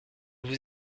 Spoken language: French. vous